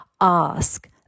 ask